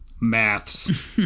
Maths